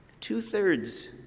two-thirds